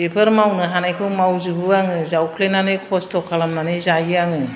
बेफोर मावनो हानायखौ मावजोबो आङो जावफ्लेनानै खस्थ' खालामनानै जायो आङो